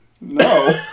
No